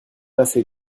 assez